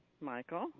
Michael